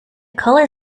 color